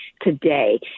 today